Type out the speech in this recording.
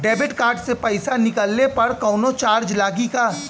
Debit card से पैसा निकलले पर कौनो चार्ज लागि का?